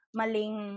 maling